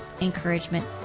encouragement